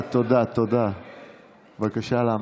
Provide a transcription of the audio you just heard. בבקשה להמשיך.